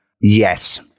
Yes